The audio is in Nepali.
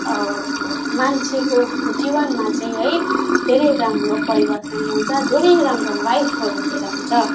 मान्छेको जीवनमा चाहिँ है धेरै राम्रो परिवर्तन ल्याउँछ धेरै राम्रो भाइबहरू लिएर आउँछ